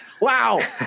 wow